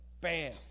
Bam